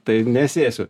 tai nesėsiu